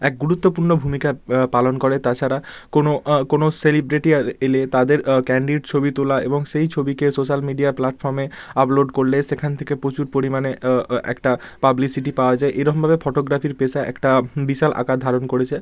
এক গুরুত্বপূর্ণ ভূমিকা পালন করে তাছাড়া কোন কোন সেলিব্রেটি এলে তাদের ক্যান্ডিড ছবি তোলা এবং সেই ছবিকে সোশ্যাল মিডিয়া প্লাটফর্মে আপলোড করলে সেখান থেকে প্রচুর পরিমাণে একটা পাবলিসিটি পাওয়া যায় এরমভাবে ফটোগ্রাফির পেশা একটা বিশাল আকার ধারণ করেছে